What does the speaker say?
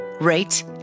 rate